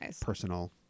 personal